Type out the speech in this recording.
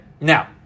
Now